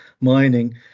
mining